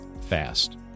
fast